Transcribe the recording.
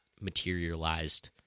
materialized